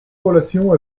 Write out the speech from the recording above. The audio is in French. relation